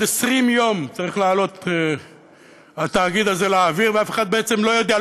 עוד 20 יום צריך לעלות התאגיד הזה לאוויר ואף אחד בעצם לא יודע,